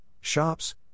shops